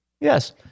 Yes